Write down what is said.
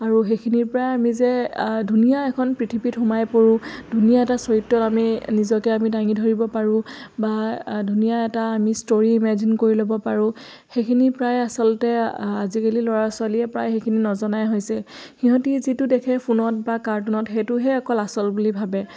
আৰু সেইখিনিৰ পৰাই আমি যে ধুনীয়া এখন পৃথিৱীত সোমাই পৰোঁ ধুনীয়া এটা চৰিত্ৰত আমি নিজকে আমি দাঙি ধৰিব পাৰোঁ বা ধুনীয়া এটা আমি ষ্টৰি ইমেজিন কৰি ল'ব পাৰোঁ সেইখিনি প্ৰায় আচলতে আজিকালি ল'ৰা ছোৱালীয়ে প্ৰায় সেইখিনি নজনাই হৈছে সিহঁতে যিটো দেখে ফোনত বা কাৰ্টুনত সেইটোহে অকল আচল বুলি ভাবে